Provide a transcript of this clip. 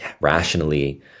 rationally